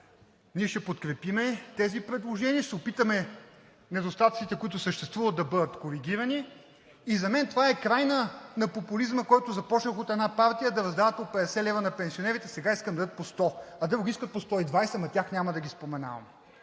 ние ще подкрепим тези предложения, ще се опитаме недостатъците, които съществуват, да бъдат коригирани и за мен това е край на популизма, който започнаха от една партия, да раздават по 50 лв. на пенсионерите, сега искат да дадат по 100, а други искат по 120, ама тях няма да ги споменавам,